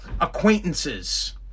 Acquaintances